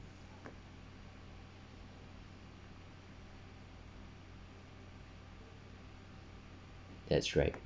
that's right